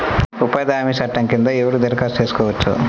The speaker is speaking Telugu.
ఉపాధి హామీ చట్టం కింద ఎవరు దరఖాస్తు చేసుకోవచ్చు?